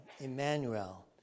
Emmanuel